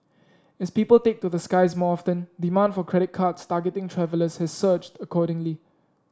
as people take to the skies more often demand for credit cards targeting travellers has surged accordingly